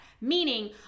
meaning